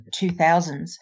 2000s